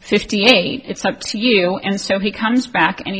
fifty eight it's up to you and so he comes back and